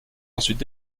ensuite